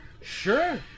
Sure